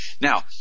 Now